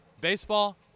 baseball